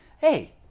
Hey